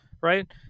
Right